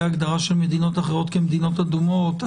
הגדרה של מדינות אחרות כמדינות אדומות,